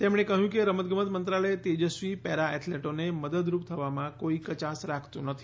તેમણે કહ્યું કે રમતગમત મંત્રાલય તેજસ્વી પેરાએથ્લેટોને મદદરૂપ થવામાં કોઈ કચાશ રાખતું નથી